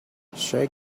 shake